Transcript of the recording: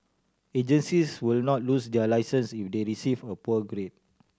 agencies will not lose their licence if they receive a poor grade